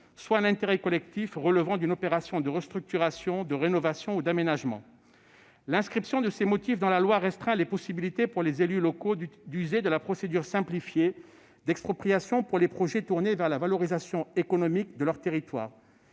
soit un intérêt collectif relevant d'une opération de restructuration, de rénovation ou d'aménagement. L'inscription de ces motifs dans la loi restreint les possibilités des élus locaux d'user de la procédure simplifiée d'expropriation pour des projets tournés vers la valorisation économique de leur territoire.